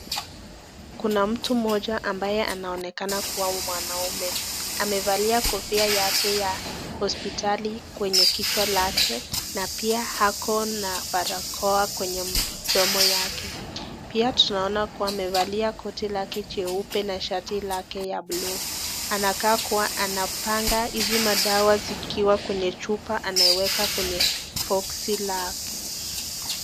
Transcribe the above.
Kuna mtu mmoja ambaye anaonekana kuwa mwanaume, amevalia kofia yake ya hospitali kwenye kichwa lake, na pia ako na barakoa kwenye mdomo yake . Pia tunaona kuwa amevalia koti lake cheupe na shati lake ya blue .anakaa kuwa anapanga hizi madawa zikiwa kwenye chupa anaweka kwenye boxy lake.